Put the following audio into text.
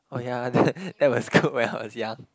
oh ya that was good when I was young